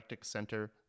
Center